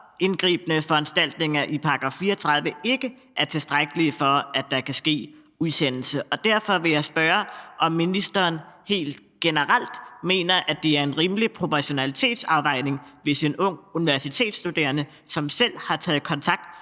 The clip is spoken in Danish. indgribende foranstaltninger i § 34 ikke er tilstrækkelige til, at der kan ske udsendelse. Derfor vil jeg spørge, om ministeren helt generelt mener, at det er udtryk for en rimelig proportionalitetsafvejning, hvis en ung universitetsstuderende, som selv har taget kontakt